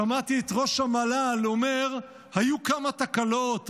"שמעתי את ראש המל"ל אומר: היו כמה תקלות,